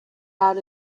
out